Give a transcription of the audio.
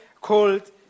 called